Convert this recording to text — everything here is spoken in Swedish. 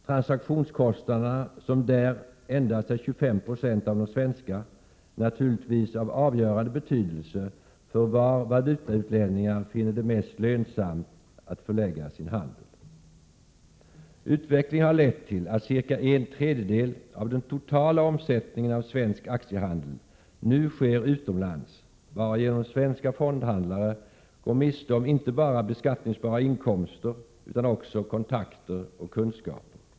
Transaktionskostnaderna, som där endast är 25 20 av de svenska, är naturligtvis av avgörande betydelse för var valutautlänningar finner det mest lönsamt att förlägga sin handel. Utvecklingen har lett till att cirka en tredjedel av den totala omsättningen av svensk aktiehandel nu sker utomlands, varigenom svenska fondhandlare går miste om inte bara beskattningsbara inkomster utan också kontakter och kunskaper.